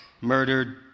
murdered